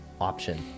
option